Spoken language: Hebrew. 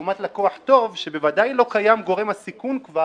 לעומת לקוח טוב שבוודאי לא קיים גורם הסיכון כבר,